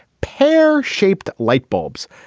pear shaped light bulbs.